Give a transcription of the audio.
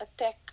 attack